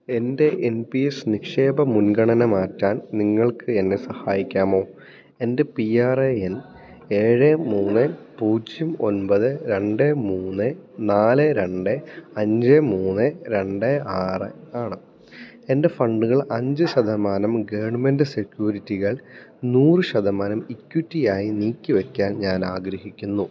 എൻ്റെ N P S നിക്ഷേപ മുൻഗണന മാറ്റാൻ നിങ്ങൾക്ക് എന്നെ സഹായിക്കാമോ എൻ്റെ പി ആർ എ എൻ ഏഴ് മൂന്ന് പൂജ്യം ഒമ്പത് രണ്ട് മൂന്ന് നാല് രണ്ട് അഞ്ച് മൂന്ന് രണ്ട് ആറ് ആണ് എൻ്റെ ഫണ്ടുകൾ അഞ്ച് ശതമാനം ഗവൺമെൻറ്റ് സെക്കുരിറ്റികൾ നൂറ് ശതമാനം ഇക്വിറ്റിയായി നീക്കി വയ്ക്കാൻ ഞാൻ ആഗ്രഹിക്കുന്നു